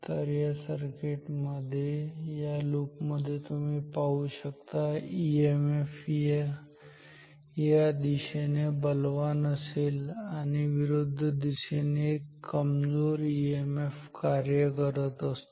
तर या सर्किट मध्ये या लुपमध्ये तुम्ही पाहू शकता ईएमएफ या दिशेने बलवान असेल आणि विरुद्ध दिशेने एक कमजोर ईएमएफ कार्य करत असतो